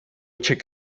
check